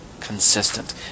consistent